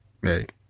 right